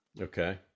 Okay